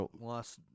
Lost